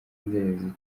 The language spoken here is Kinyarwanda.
inzererezi